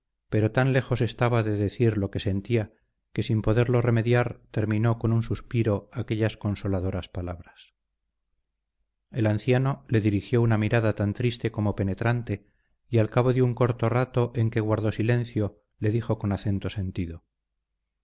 pero tan lejos estaba de decir lo que sentía que sin poderlo remediar terminó con un suspiro aquellas consoladoras palabras el anciano le dirigió una mirada tan triste como penetrante y al cabo de un corto rato en que guardó silencio le dijo con acento sentido